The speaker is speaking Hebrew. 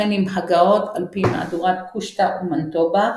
וכן עם הגהות על פי מהדורת קושטא ומנטובה,